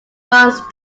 funds